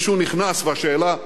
והשאלה מי נכנס,